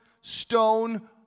stone